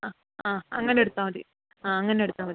ആ ആ അങ്ങനെ എടുത്താൽ മതി ആ അങ്ങനെ എടുത്താൽ മതി